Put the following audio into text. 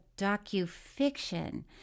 docufiction